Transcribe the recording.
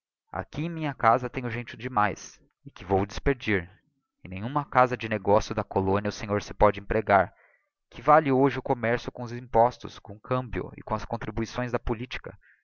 em minha casa tenho gente demais que vou despedir em nenhuma casa de negocio da colónia o senhor se pôde empregar que vale hoje o commercio com os impostos com o cambio e com as contribuições da politica